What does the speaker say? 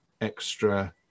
Extra